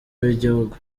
w’igihugu